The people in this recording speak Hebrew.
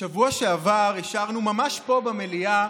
בשבוע שעבר אישרנו ממש פה במליאה